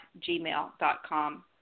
gmail.com